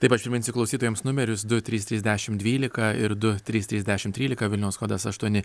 taip aš priminsiu klausytojams numerius du trys trys dešimt dvylika ir du trys trys dešimt trylika vilniaus kodas aštuoni